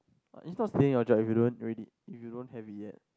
it's not staying your job if you don't ready if you don't have it yet